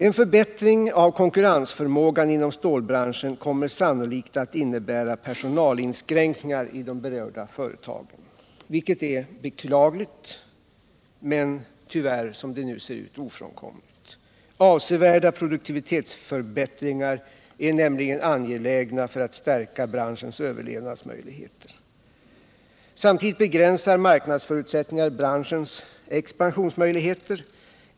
En förbättring av konkurrensförmågan inom stålbranschen kommer sannolikt att innebära personalinskränkningar i de berörda företagen, vilket är beklagligt men tyvärr, som det nu ser ut, ofrånkomligt. Avsevärda produktivitetsförbättringar är nämligen angelägna för att stärka branschens överlevnadsmöjligheter. Samtidigt begränsar marknadsförutsättningarna branschens expansionsmöjligheter.